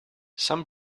some